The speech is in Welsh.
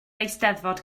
eisteddfod